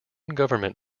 government